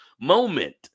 moment